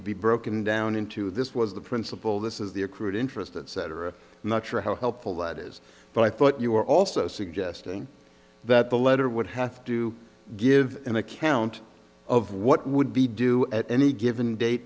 to be broken down into this was the principle this is the accrued interest etc i'm not sure how helpful that is but i thought you were also suggesting that the letter would have to give an account of what would be due at any given da